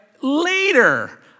Later